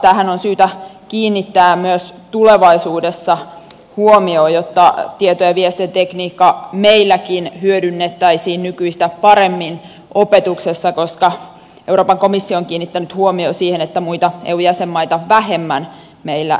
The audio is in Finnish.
tähän on syytä kiinnittää myös tulevaisuudessa huomiota jotta tieto ja viestintätekniikkaa meilläkin hyödynnettäisiin nykyistä paremmin opetuksessa koska euroopan komissio on kiinnittänyt huomiota siihen että muita eu jäsenmaita vähemmän meillä tätä hyödynnetään